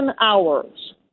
hours